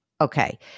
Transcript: Okay